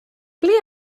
ble